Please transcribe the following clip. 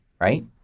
right